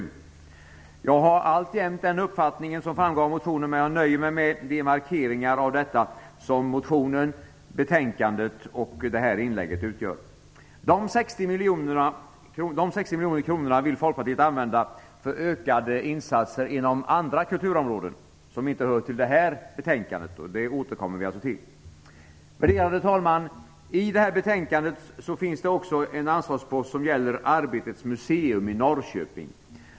Jag har alltjämt den uppfattning som framgår av motionen, men jag nöjer mig med de markeringar av detta som utgörs av motionen, betänkandet och detta inlägg. De 60 miljoner kronorna vill Folkpartiet använda för ökade insatser inom andra kulturområden som inte hör till det här betänkandet. Dem återkommer vi alltså till. Värderade talman! I detta betänkande finns också en anslagspost som heter Arbetets museum i Norrköping.